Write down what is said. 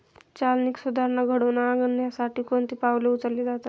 चालनीक सुधारणा घडवून आणण्यासाठी कोणती पावले उचलली जातात?